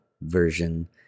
version